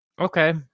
okay